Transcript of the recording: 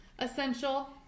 essential